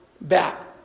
back